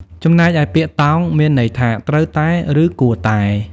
ចំណែកឯ ពាក្យ "តោង" មានន័យថា ត្រូវតែ ឬគួរតែ។